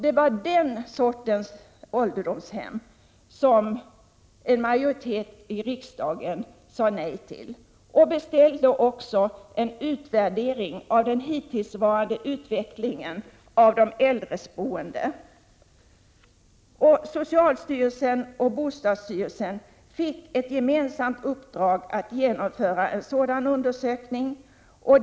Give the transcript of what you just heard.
Det var den sortens ålderdomshem som majoriteten i riksdagen sade nej till; men beställde då en utvärdering av den hittillsvarande utvecklingen av de äldres boende. Socialstyrelsen och bostadsstyrelsen fick ett gemensamt uppdrag att göra en sådan undersökning.